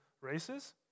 races